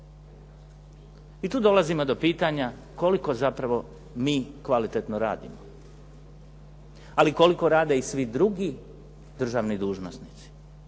I tu dolazimo do pitanja koliko zapravo mi kvalitetno radimo, ali koliko rade i svi drugi državni dužnosnici